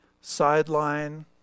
sideline